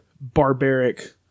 barbaric